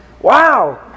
Wow